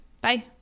Bye